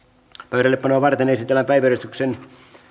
pöydällepanoa varten esitellään päiväjärjestyksen